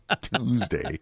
Tuesday